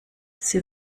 sie